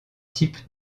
type